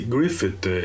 Griffith